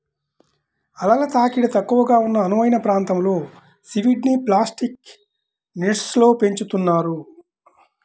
అలల తాకిడి తక్కువగా ఉన్న అనువైన ప్రాంతంలో సీవీడ్ని ప్లాస్టిక్ నెట్స్లో పెంచుతున్నారు